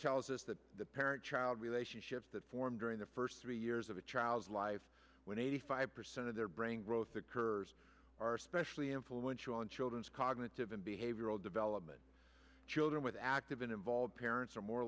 tells us that the parent child relationships that form during the first three years of a child's life when eighty five percent of their brain growth occurs are especially influential on children's cognitive and behavioral development children with active and involved parents are more